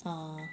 ah